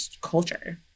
culture